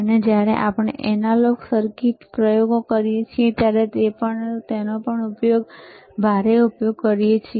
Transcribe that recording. અને જ્યારે આપણે એનાલોગ સર્કિટ પ્રયોગો કરીએ છીએ ત્યારે તેનો પણ આપણે ભારે ઉપયોગ કરીએ છીએ